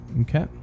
Okay